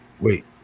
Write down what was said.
wait